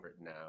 now